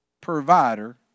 provider